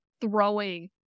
throwing